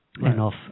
enough